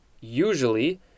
usually